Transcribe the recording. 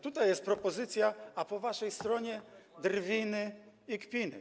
Tutaj jest propozycja, a po waszej stronie - drwiny i kpiny.